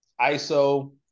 ISO